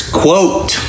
quote